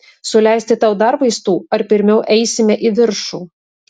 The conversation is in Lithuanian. suleisti tau dar vaistų ar pirmiau eisime į viršų